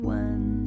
one